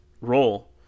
role